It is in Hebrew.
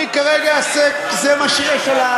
אני, כרגע, זה מה שיש על,